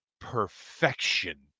perfection